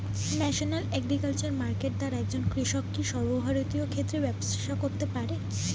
National agriculture market দ্বারা একজন কৃষক কি সর্বভারতীয় ক্ষেত্রে ব্যবসা করতে পারে?